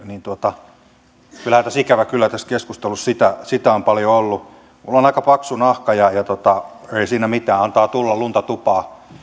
niin ikävä kyllä tässä keskustelussa sitä sitä on paljon ollut minulla on aika paksu nahka joten ei siinä mitään antaa tulla lunta tupaan